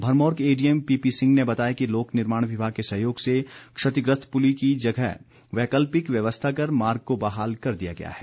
भरमौर के ADM PP Singh ने बताया कि लोकनिर्माण विभाग के सहयोग से क्षतिग्रस्त पुली की जगह वैकल्पिक व्यवस्था कर मार्ग को बहाल कर दिया गया है